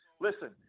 listen